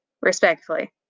respectfully